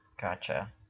gotcha